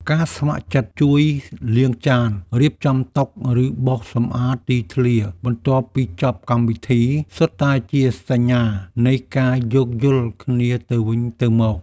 ការស្ម័គ្រចិត្តជួយលាងចាន រៀបចំតុ ឬបោសសម្អាតទីធ្លាបន្ទាប់ពីចប់កម្មវិធី សុទ្ធតែជាសញ្ញានៃការយោគយល់គ្នាទៅវិញទៅមក។